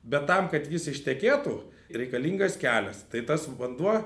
bet tam kad ištekėtų reikalingas kelias tai tas vanduo